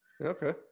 Okay